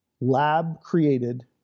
lab-created